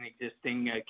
existing